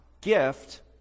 gift